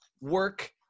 work